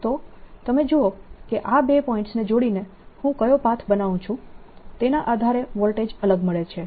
તો તમે જુઓ કે આ બે પોઈન્ટ્સને જોડીને હું કયો પાથ બનાવું છું તેના આધારે વોલ્ટેજ અલગ મળે છે